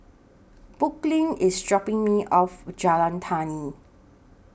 Brooklyn IS dropping Me off Jalan Tani